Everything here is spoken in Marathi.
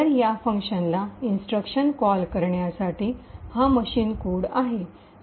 तर या फंक्शनला इन्स्ट्रक्शन कॉल करण्यासाठी हा मशीन कोड आहे